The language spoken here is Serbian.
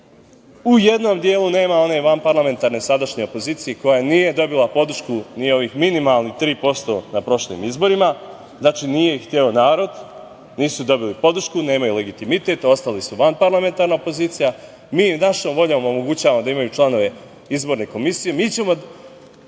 U jednom delu nema one vanparlamentarne sadašnje opozicije koja nije dobila podršku, ni ovih minimalnih 3% na prošlim izborima. Znači, nije ih hteo narod, nisu dobili podršku, nemaju legitimitet, ostali su vanparlamentarna opozicija. Mi im našom voljom omogućavamo da imaju članove Izborne komisije. Mi ćemo